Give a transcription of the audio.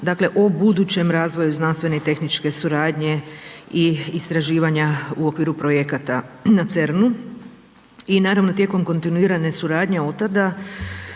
dakle o budućem razvoju znanstvene i tehničke suradnje i istraživanja u okviru projekata na CERN-u. i naravno tijekom kontinuirane suradnje od tada